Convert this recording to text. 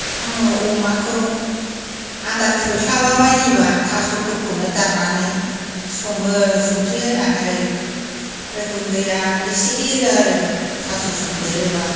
आङो अमाखौ आदार थोस्लाबा बायदिब्ला थास'फोरखौनो दाननानै सङो संख्रि होनानै आमफ्राय गुन्दैया एसे एरो आरो थास' संदेरोब्ला